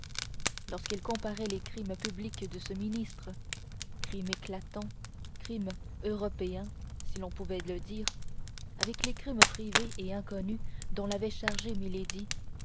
lorsqu'il comparait les crimes publics de ce ministre crimes éclatants crimes européens si on pouvait le dire avec les crimes privés et inconnus dont l'avait chargé